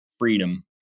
freedom